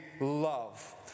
love